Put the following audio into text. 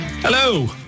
Hello